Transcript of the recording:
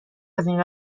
ازاین